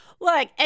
look